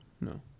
no